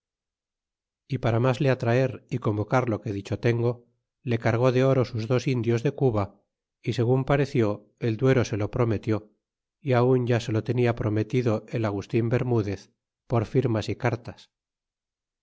y para mas le atraer y convocar lo que dicho tengo le cargó de oro sus dos indios de cuba y segun pareció el duero se lo prometió y aun ya se lo tenia prometido el agustín berrnudez por firmas y cartas